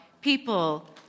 people